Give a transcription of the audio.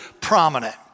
prominent